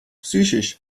psychisch